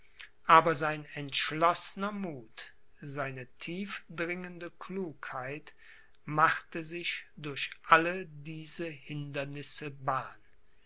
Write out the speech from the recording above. aber sein entschlossner muth seine tiefdringende klugheit machte sich durch alle diese hindernisse bahn